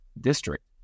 district